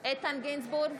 איתן גינזבורג,